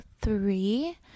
three